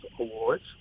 awards